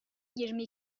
yirmi